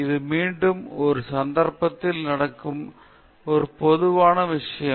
இது மீண்டும் ஒரு சந்தர்ப்பத்தில் நடக்கும் ஒரு பொதுவான விஷயம்